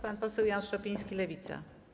Pan poseł Jan Szopiński, Lewica.